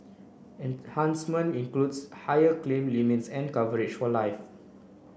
enhancement includes higher claim limits and coverage for life